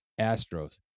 Astros